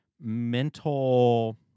mental